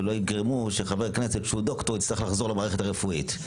שלא יגרמו שחבר כנסת שהוא דוקטור יצטרך לחזור למערכת הרפואית.